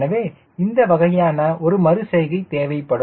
எனவே இந்த வகையான ஒரு மறுசெய்கை தேவைப்படும்